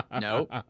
Nope